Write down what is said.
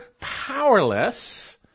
powerless